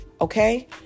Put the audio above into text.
okay